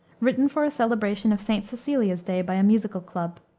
written for a celebration of st. cecilia's day by a musical club.